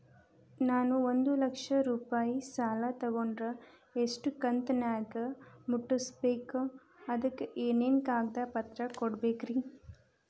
ನಾನು ಒಂದು ಲಕ್ಷ ರೂಪಾಯಿ ಸಾಲಾ ತೊಗಂಡರ ಎಷ್ಟ ಕಂತಿನ್ಯಾಗ ಮುಟ್ಟಸ್ಬೇಕ್, ಅದಕ್ ಏನೇನ್ ಕಾಗದ ಪತ್ರ ಕೊಡಬೇಕ್ರಿ?